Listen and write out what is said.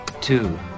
Two